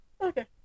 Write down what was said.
Okay